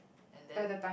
and then